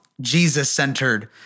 Jesus-centered